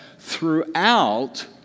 throughout